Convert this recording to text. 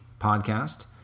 podcast